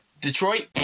detroit